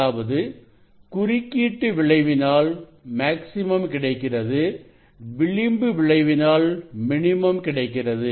அதாவது குறுக்கீட்டு விளைவினால் மேக்ஸிமம் கிடைக்கிறது விளிம்பு விளைவினால் மினிமம் கிடைக்கிறது